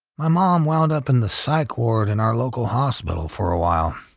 my mom wound up in the psych ward in our local hospital for a while.